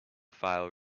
file